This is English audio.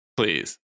please